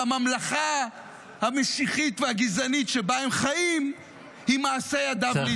והממלכה המשיחית והגזענית שבה הם חיים היא מעשה ידיו להתפאר.